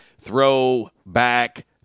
throwback